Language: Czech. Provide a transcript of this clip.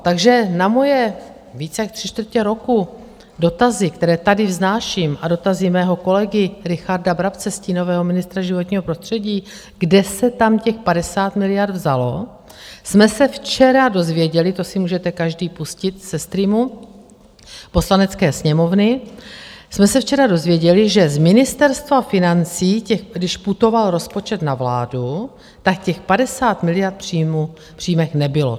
Takže na moje víc jak tři čtvrtě roku dotazy, které tady vznáším, a dotazy mého kolegy Richarda Brabce, stínového ministra životního prostředí, kde se tam těch 50 miliard vzalo, jsme se včera dozvěděli, to si můžete každý pustit ze streamu Poslanecké sněmovny, jsme se včera dozvěděli, že z Ministerstva financí, když putoval rozpočet na vládu, tak těch 50 miliard příjmů v příjmech nebylo.